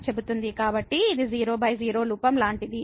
కాబట్టి ఇది 00 రూపం లాంటిది